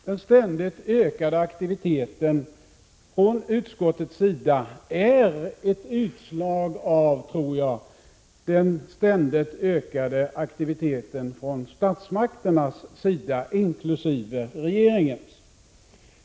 Den ständigt ökade aktiviteten från utskottets sida tror jag är ett utslag av den ständigt ökade aktiviteten från statsmakterna inkl. regeringen.